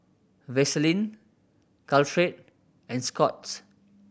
Vaselin Caltrate and Scott's